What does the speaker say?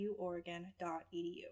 uoregon.edu